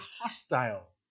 hostile